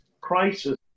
crisis